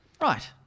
Right